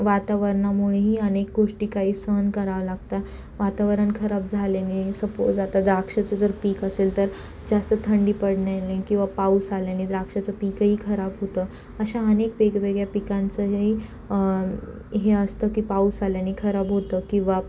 वातावरणामुळेही अनेक गोष्टी काही सहन करावा लागता वातावरण खराब झाल्याने सपोज आता द्राक्षाचं जर पीक असेल तर जास्त थंडी पडण्याने किंवा पाऊस आल्याने द्राक्षाचं पीकही खराब होतं अशा अनेक वेगवेगळ्या पिकांचंही हे असतं की पाऊस आल्याने खराब होतं किंवा